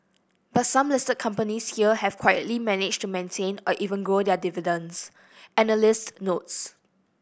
but some listed companies here have quietly managed to maintain or even grow their dividends analysts notes